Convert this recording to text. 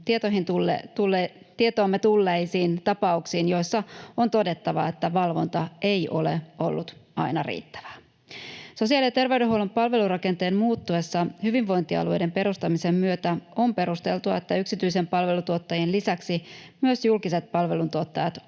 tietoomme tulleisiin tapauksiin, joista on todettava, että valvonta ei ole ollut aina riittävää. Sosiaali- ja terveydenhuollon palvelurakenteen muuttuessa hyvinvointialueiden perustamisen myötä on perusteltua, että yksityisten palveluntuottajien lisäksi myös julkiset palveluntuottajat